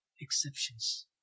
exceptions